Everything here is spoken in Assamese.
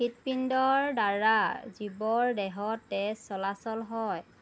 হৃদপিণ্ডৰ দ্বাৰা জীৱৰ দেহত তেজ চলাচল হয়